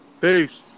Peace